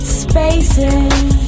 spaces